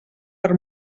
per